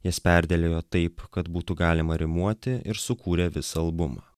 jas perdėliojo taip kad būtų galima rimuoti ir sukūrė visą albumą